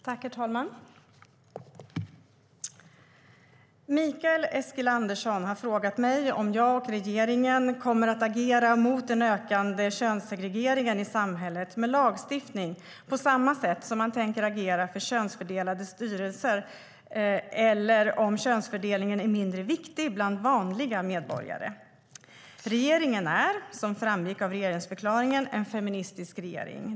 Herr talman! Mikael Eskilandersson har frågat mig om jag och regeringen kommer att agera mot den ökande könssegregeringen i samhället med lagstiftning på samma sätt som man tänker agera för könsfördelade styrelser eller om könsfördelningen är mindre viktig bland vanliga medborgare. Regeringen är, som framgick av regeringsförklaringen, en feministisk regering.